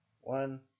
one